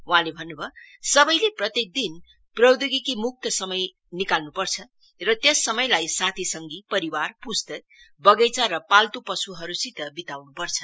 वहाँले भन्नुभयो सवैले प्रत्येक दिन प्रौधोगिकीमुक्त समय निकाल्नुपर्छ र त्यस समयलाई साथी संगी परिवार पुस्तक वगैचा पाल्तु पशुहरुसित बिताउनुपर्छ